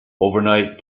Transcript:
overnight